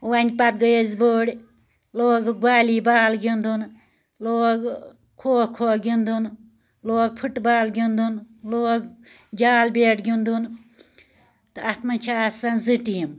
وۄنۍ پَتہٕ گٔے أسۍ بٔڑۍ لوگکھ والی بال گِنٛدُن لوگ ٲں کھو کھو گِنٛدُن لوگ فٹ بال گنٛدُن لوگ جال بیٹ گنٛدُن تہٕ اتھ مَنٛز چھِ آسان زٕ ٹیٖم